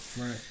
right